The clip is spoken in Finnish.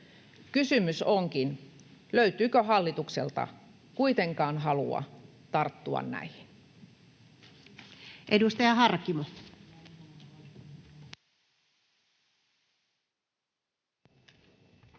Kysymys onkin: löytyykö hallitukselta kuitenkaan halua tarttua näihin? [Speech 19]